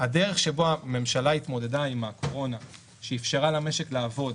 הדרך שבה הממשלה התמודדה עם הקורונה שאפשרה למשק לעבוד